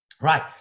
Right